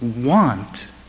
want